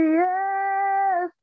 yes